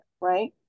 right